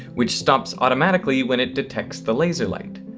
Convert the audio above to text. which stops automatically when it detects the laser light.